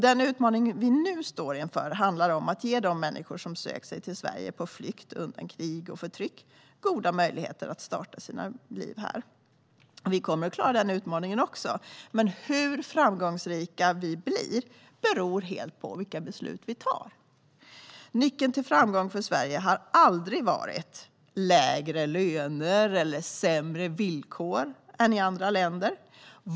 Den utmaning vi nu står inför handlar om att ge de människor som sökt sig till Sverige på flykt undan krig och förtryck goda möjligheter att starta sina nya liv här. Vi kommer att klara den utmaningen också, men hur framgångsrika vi blir beror helt på de beslut som vi nu tar. Nyckeln till framgång för Sverige har aldrig varit lägre löner eller sämre villkor än i andra länder.